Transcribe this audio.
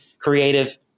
creative